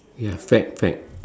ya fad fad